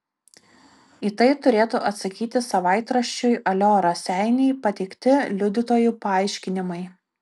į tai turėtų atsakyti savaitraščiui alio raseiniai pateikti liudytojų paaiškinimai